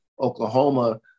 Oklahoma